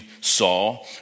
saw